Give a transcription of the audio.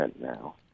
now